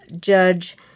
judge